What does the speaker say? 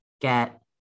get